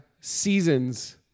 seasons